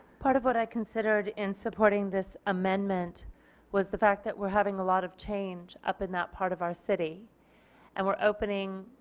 part of what i considered in supporting this amendment was the fact that we are having a lot of change up in that part of our city and we are opening,